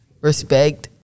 respect